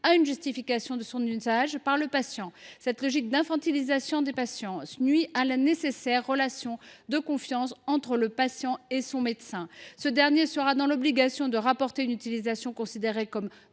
à une justification de son usage par le patient. Cette logique d’infantilisation des patients nuit à la nécessaire relation de confiance entre le patient et son médecin. Ce dernier sera dans l’obligation de rapporter une utilisation considérée comme